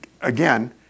again